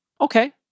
Okay